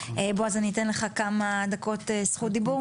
אני אתן לך כמה דקות זכות דיבור.